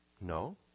No